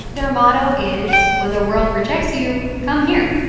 their motto is, when the world rejects you, come here.